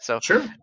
Sure